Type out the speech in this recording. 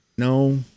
No